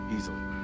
Easily